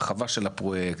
הרחבת של הפרויקט.